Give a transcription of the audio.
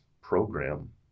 program